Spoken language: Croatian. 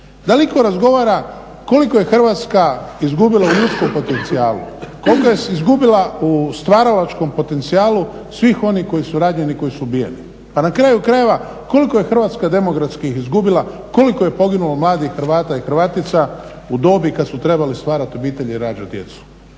Da li itko razgovara koliko je Hrvatska izgubila u ljudskom potencijalu, koliko je izgubila u stvaralačkom potencijalu svih onih koji su ranjeni koji su ubijeni? Pa na kraju krajeva koliko je Hrvatska demografski izgubila, koliko je poginulo mladih Hrvata i Hrvatica u dobi kada su trebali stvarati obitelj i rađati djecu?